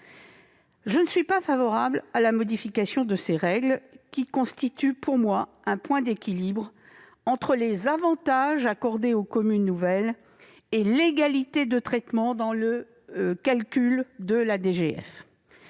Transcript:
Je ne suis pas favorable à la modification de ces règles, qui constituent à mes yeux un point d'équilibre entre les avantages accordés aux communes nouvelles et le principe d'égalité de traitement dans le calcul de la DGF.